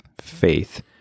faith